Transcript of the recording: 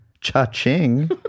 Cha-ching